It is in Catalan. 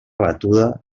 batuda